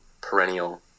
perennial